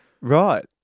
Right